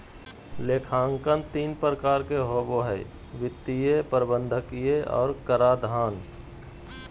लेखांकन तीन प्रकार के होबो हइ वित्तीय, प्रबंधकीय और कराधान